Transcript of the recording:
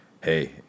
hey